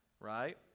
Right